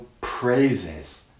praises